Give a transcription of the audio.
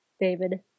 David